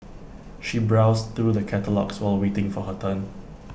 she browsed through the catalogues while waiting for her turn